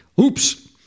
Oops